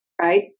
right